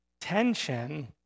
tension